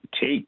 take